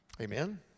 Amen